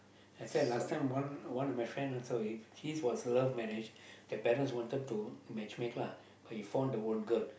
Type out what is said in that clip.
last time one one of my friend his was love marriage the parents wanted to match make lah but he found the own girl